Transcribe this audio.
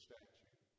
statue